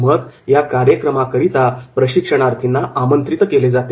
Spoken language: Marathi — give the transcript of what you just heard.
मग या कार्यक्रमाकरिता प्रशिक्षणार्थींना आमंत्रित केले जाते